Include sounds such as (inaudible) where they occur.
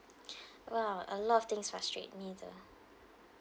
(breath) well a lot of things frustrate me though